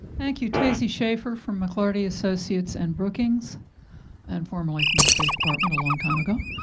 thank you. tacy schafer from mahorty associates and brookings and formerly from the state department a long time ago.